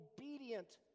obedient